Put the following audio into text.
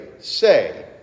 say